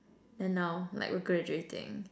then now like we're graduating